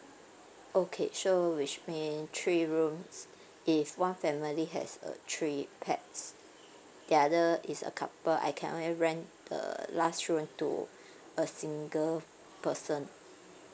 okay so which mean three rooms if one family has uh three pax the other is a couple I can only rent the last room to a single person